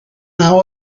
naw